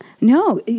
no